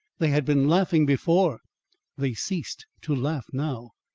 they had been laughing before they ceased to laugh now.